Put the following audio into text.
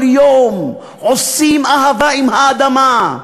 כל יום עושים אהבה עם האדמה.